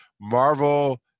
Marvel